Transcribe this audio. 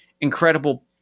incredible